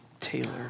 Taylor